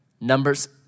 Numbers